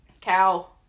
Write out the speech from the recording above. Cow